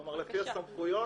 כלומר, לפי הסמכויות